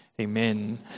Amen